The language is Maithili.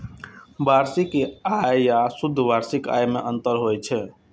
वार्षिक आय आ शुद्ध वार्षिक आय मे अंतर होइ छै